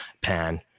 pan